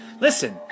Listen